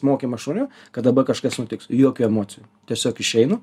mokymas šunio kad dabar kažkas nutiks jokių emocijų tiesiog išeinu